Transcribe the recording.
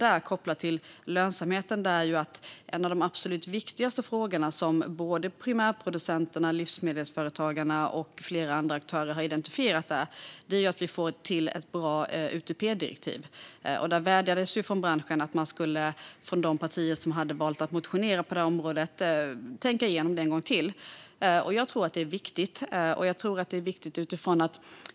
Något jag noterade angående lönsamheten var att en av de absolut viktigaste frågor som både primärproducenterna, livsmedelsföretagarna och flera andra aktörer hade identifierat var att vi måste få till ett bra UTP-direktiv. Branschen vädjade till de partier som har lagt motioner på området att tänka igenom det här en gång till. Jag tror att det är viktigt.